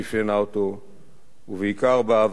ובעיקר באהבה הגדולה שלו לבני-אדם,